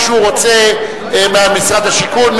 ממשרד השיכון,